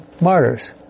martyrs